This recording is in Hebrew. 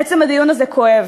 עצם הדיון הזה כואב.